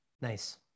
Nice